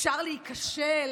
אפשר להיכשל,